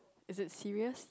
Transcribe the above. is it serious